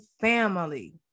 family